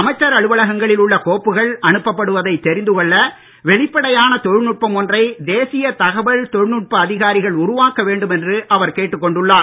அமைச்சர் அலுவலகங்களில் உள்ள கோப்புகள் அனுப்ப்படுவதை தெரிந்து கொள்ள வெளிப்படையான தொழில்நுட்பம் ஒன்றை தேசிய தகவல் தொழில்நுட்ப அதிகாரிகள் உருவாக்க வேண்டும் என்று அவர் கேட்டுக் கொண்டுள்ளார்